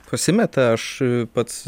pasimeta aš pats